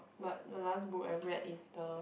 but the last book I read is the